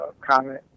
comment